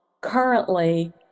currently